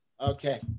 okay